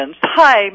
Hi